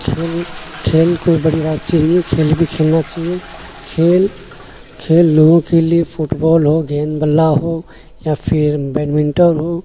کھیل کھیل کوئی بڑی بات چیز نہیں ہے کھیل بھی کھیلنا چاہیے کھیل کھیل لوگوں کے لیے فٹ بال ہو گیند بلا ہو یا پھر بیڈمنٹن ہو